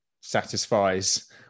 satisfies